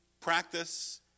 practice